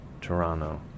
Toronto